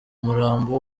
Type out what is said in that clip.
umurambo